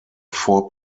four